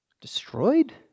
Destroyed